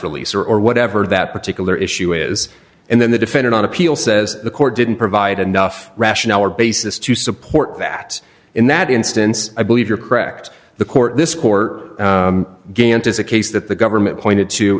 release or or whatever that particular issue is and then the defendant on appeal says the court didn't provide enough rationale or basis to support that in that instance i believe you're correct the court this court gant is a case that the government pointed to